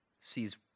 sees